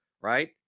right